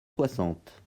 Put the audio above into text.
soixante